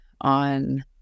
on